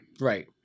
Right